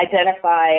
identify